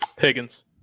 Higgins